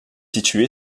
situé